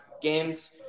games